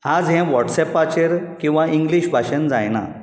आज हें वॉट्सॅपाचेर किंवा इंग्लीश भाशेन जायना